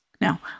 Now